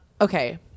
Okay